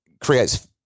creates